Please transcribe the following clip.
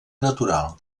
natural